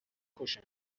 کشم